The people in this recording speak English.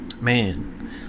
Man